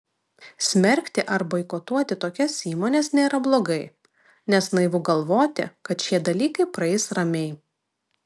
smerkti ar boikotuoti tokias įmones nėra blogai nes naivu galvoti kad šie dalykai praeis ramiai